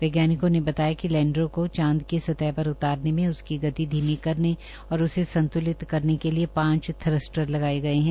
वैज्ञानिकों ने बताया कि लैंडर को चांद की सतह पर उतारने में उसकी गति धीमी करने और उसे संत्लित करने के लिए पांच थरस्टर लगाए गए है